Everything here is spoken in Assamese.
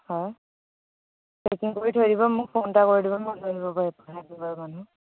হয় পেকিং কৰি থৈ দিব মোক ফোন এটা কৰি দিব মই লৈ আনিব পাৰিম